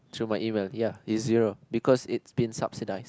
through my email ya it's zero because it's been subsidized